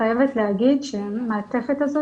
חייבת להגיד שהמעטפת הזאת,